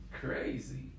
crazy